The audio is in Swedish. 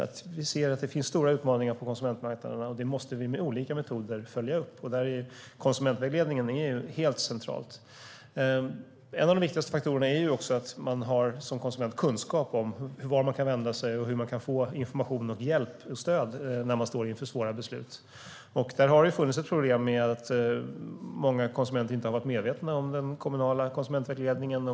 Vi ser att det finns stora utmaningar på konsumentmarknaderna, och det måste vi med olika metoder följa upp. Där är konsumentvägledningen helt central. En av de viktigaste faktorerna är också att vi som konsumenter har kunskap om vart vi kan vända oss och hur vi kan få information, hjälp och stöd när vi står inför svåra beslut. Där har det funnits ett problem med att många konsumenter inte har varit medvetna om den kommunala konsumentvägledningen.